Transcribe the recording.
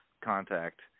contact